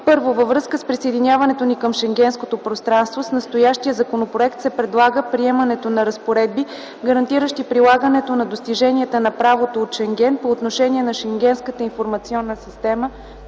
I. Във връзка с присъединяването ни към Шенгенското пространство, с настоящия законопроект се предлага приемането на разпоредби, гарантиращи прилагането на достиженията на правото от Шенген по отношение на Шенгенската информационна система